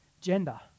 gender